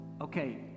okay